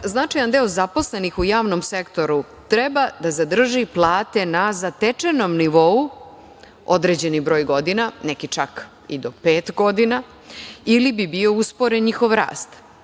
značajan deo zaposlenih u javnom sektoru treba da sadrži plate na zatečenom nivou određeni broj godina, neki čak i do pet godina, ili bi bio usporen njihov rast